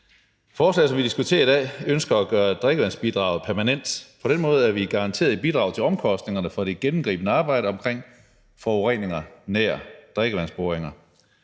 forslaget, vi diskuterer i dag, ønsker man at gøre drikkevandsbidraget permanent. På den måde er vi garanteret et bidrag til omkostningerne i forbindelse med det gennemgribende arbejde omkring forureninger nær drikkevandboringer.